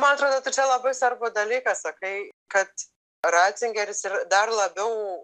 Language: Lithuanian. man atrodo tu čia labai svarbų dalyką sakai kad racingeris ir dar labiau